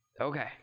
Okay